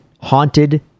haunted